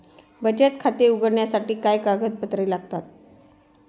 बचत खाते उघडण्यासाठी काय कागदपत्रे लागतात?